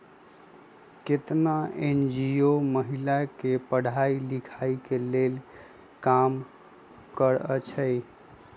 केतना एन.जी.ओ महिला के पढ़ाई लिखाई के लेल काम करअई छई